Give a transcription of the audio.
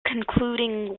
concluding